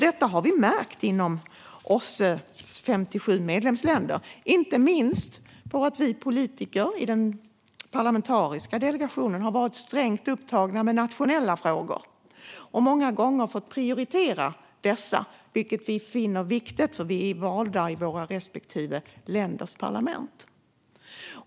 Detta har vi märkt inom OSSE:s 57 medlemsländer, inte minst för att vi politiker i den parlamentariska delegationen har varit strängt upptagna med nationella frågor och många gånger har fått prioritera dessa, vilket vi funnit viktigt eftersom vi är valda i våra respektive länders parlament.